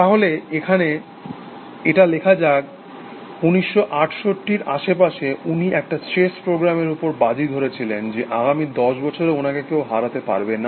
তাহলে এখানে এটা লেখা যাক 1968 এর আশপাশে উনি একটা চেস প্রোগ্রাম এর ওপর বাজি ধরেছিলেন যে আগামী দশ বছরে ওনাকে কেউ হারাতে পারবে না